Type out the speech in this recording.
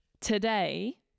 today